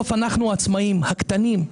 אנחנו העצמאים הקטנים,